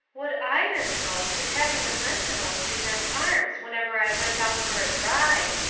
what i miss most is having the sentinels present arms whenever i went out for a drive.